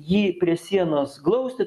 jį prie sienos glausti